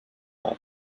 art